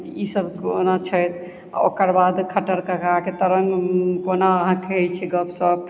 ई सब कोना छथि ओकरबाद खट्टर काकाके तरङ्ग कोना अहाँ कहैत छियै गप सप